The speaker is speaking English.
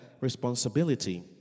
responsibility